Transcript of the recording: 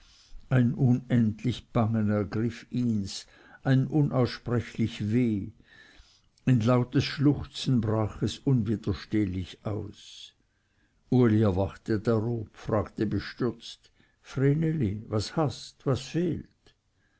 ein unendlich bangen ergriff ihns ein unaussprechlich weh in lautes schluchzen brach es unwiderstehlich aus uli erwachte darob fragte bestürzt vreneli was hast was fehlt